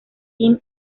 jim